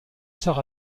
sir